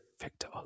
Victor